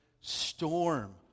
storm